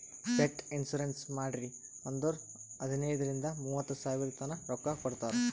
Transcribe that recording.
pet insurance ಮಾಡ್ರಿ ಅಂದುರ್ ಹದನೈದ್ ರಿಂದ ಮೂವತ್ತ ಸಾವಿರತನಾ ರೊಕ್ಕಾ ಕೊಡ್ತಾರ್